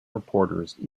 reporters